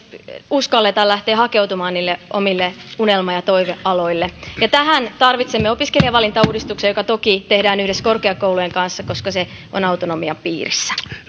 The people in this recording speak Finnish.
uskalleta lähteä hakeutumaan niille omille unelma ja toivealoille tähän tarvitsemme opiskelijavalintauudistuksen joka toki tehdään yhdessä korkeakoulujen kanssa koska se on autonomian piirissä